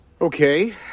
Okay